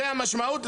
זו המשמעות,